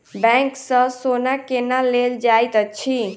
bank सँ सोना केना लेल जाइत अछि